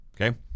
okay